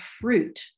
fruit